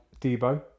Debo